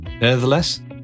Nevertheless